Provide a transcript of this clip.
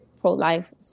pro-life